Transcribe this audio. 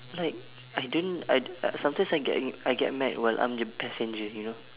like I don't I d~ I sometimes I get I get mad while I'm the passenger you know